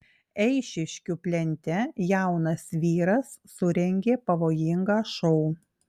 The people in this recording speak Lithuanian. eišiškių plente jaunas vyras surengė pavojingą šou